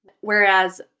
whereas